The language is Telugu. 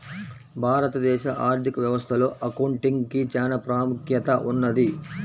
భారతదేశ ఆర్ధిక వ్యవస్థలో అకౌంటింగ్ కి చానా ప్రాముఖ్యత ఉన్నది